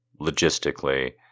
logistically